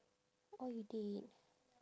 orh you did